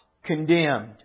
condemned